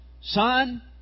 son